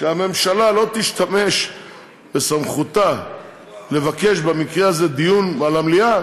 שהממשלה לא תשתמש בסמכותה לבקש במקרה הזה דיון במליאה?